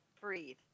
Breathe